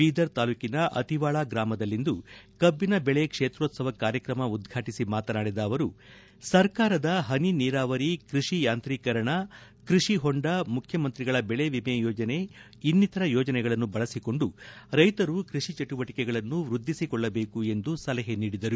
ಬೀದರ್ ತಾಲೂಕಿನ ಅತಿವಾಳ ಗ್ರಾಮದಲ್ಲಿಂದು ಕಬ್ಬಿನ ಬೆಳೆ ಕ್ಷೇತ್ರೋತ್ಲವ ಕಾರ್ಯಕ್ರಮ ಉದ್ಘಾಟಿಸಿ ಮಾತನಾಡಿದ ಅವರು ಸರ್ಕಾರದ ಹನಿ ನೀರಾವರಿ ಕೃಷಿ ಯಾತ್ರೀಕರಣ ಕೃಷಿ ಹೊಂಡ ಮುಖ್ಯಮಂತ್ರಿಗಳ ಬೆಳೆ ವಿಮೆ ಯೋಜನೆ ಇನ್ನಿತರ ಯೋಜನೆಗಳನ್ನು ಬಳಸಿಕೊಂಡು ರೈತರು ಕೃಷಿ ಚಟುವಟಿಕೆಗಳನ್ನು ವೃದ್ಧಿಸಿಕೊಳ್ಳಬೇಕು ಎಂದು ಸಲಹೆ ಮಾಡಿದರು